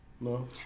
No